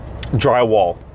drywall